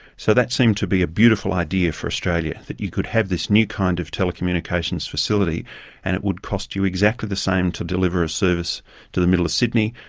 so that seemed to be a beautiful idea for australia, that you could have this new kind of telecommunications facility and it would cost you exactly the same to deliver a service to the middle of sydney,